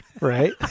right